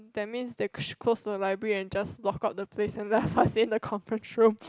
that means they close the library and just lock up the place and left us in the conference room